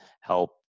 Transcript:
help